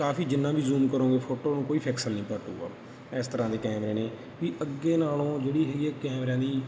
ਕਾਫੀ ਜਿੰਨਾ ਵੀ ਜ਼ੂਮ ਕਰੋਂਗੇ ਫੋਟੋ ਨੂੰ ਕੋਈ ਫੈਕਸਿਲ ਨਹੀਂ ਪਾਟੂਗਾ ਇਸ ਤਰ੍ਹਾਂ ਦੇ ਕੈਮਰੇ ਨੇ ਵੀ ਅੱਗੇ ਨਾਲੋਂ ਜਿਹੜੀ ਹੈਗੀ ਆ ਕੈਮਰਿਆਂ ਦੀ